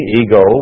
ego